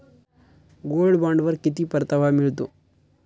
Gold बॉण्डवर किती परतावा मिळतो?